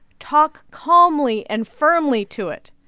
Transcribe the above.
talk calmly and firmly to it.